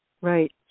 Right